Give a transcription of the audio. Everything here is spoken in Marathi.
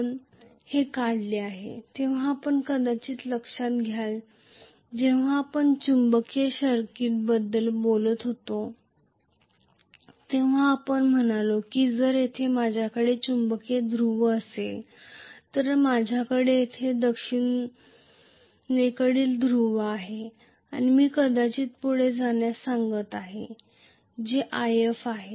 आपण हे काढले आहे जेव्हा आपण कदाचित लक्षात घ्याल जेव्हा आपण चुंबकीय सर्किटबद्दल बोलत होतो तेव्हा आपण म्हणालो की जर येथे माझ्याकडे चुंबकीय ध्रुव असेल तर माझ्याकडे येथे दक्षिणेकडील ध्रुव आहे आणि मी कदाचित पुढे जाण्यास सांगत आहे जे If आहे